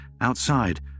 outside